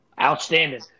Outstanding